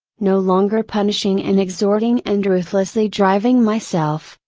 no longer punishing and exhorting and ruthlessly driving myself,